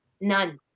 None